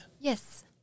Yes